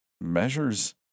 Measures